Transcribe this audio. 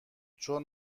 چون